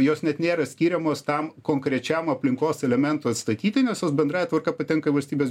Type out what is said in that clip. jos net nėra skiriamos tam konkrečiam aplinkos elementui atstatyti nes jos bendrąja tvarka patenka į valstybės